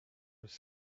was